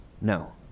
No